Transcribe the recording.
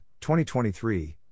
2023